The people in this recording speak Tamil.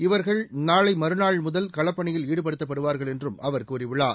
இவர்கள் நாளை மறுநாள் முதல் களப்பணியில் ஈடுபடுத்தப்படுவார்கள் என்றும் அவர் கூறியுள்ளார்